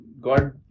God